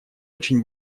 очень